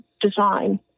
design